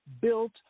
built